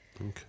okay